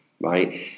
right